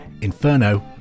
Inferno